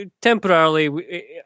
temporarily